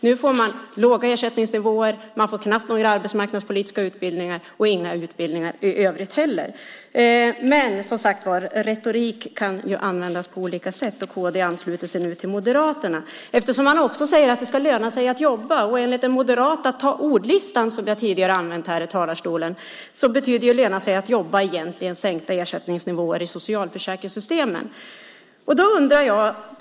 Nu får man låga ersättningsnivåer, man får knappt några arbetsmarknadspolitiska utbildningar eller utbildningar i övrigt. Men retorik kan användas på olika sätt. Kd ansluter sig nu till Moderaterna. Man säger att det ska löna sig att arbeta. Enligt den moderata ordlistan, som jag tidigare använt i talarstolen, betyder det egentligen sänkta ersättningsnivåer i socialförsäkringssystemen.